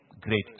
great